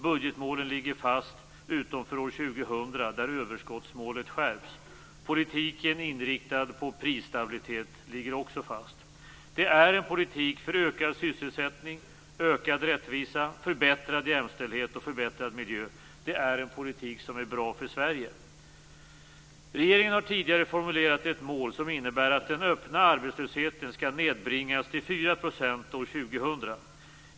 Budgetmålen ligger fast - utom för år 2000, där överskottsmålet skärps. Politiken inriktad på prisstabilitet ligger också fast. Det är en politik för ökad sysselsättning, ökad rättvisa, förbättrad jämställdhet och förbättrad miljö. Det är en politik som är bra för Regeringen har tidigare formulerat ett mål som innebär att den öppna arbetslösheten skall nedbringas till 4 % år 2000.